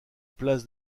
place